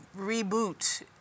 reboot